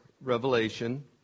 Revelation